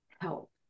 help